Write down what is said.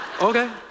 Okay